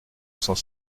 cent